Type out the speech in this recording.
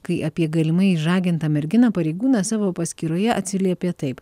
kai apie galimai išžagintą merginą pareigūnas savo paskyroje atsiliepė taip